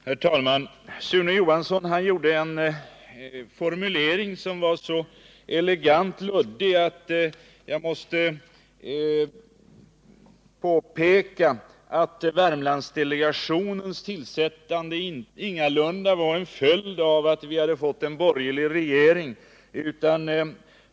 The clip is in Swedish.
Herr talman! Sune Johansson gjorde en formulering som var så elegant luddig att jag måste påpeka att Värmlandsdelegationens inrättande ingalunda var en följd av att vi hade fått en borgerlig regering.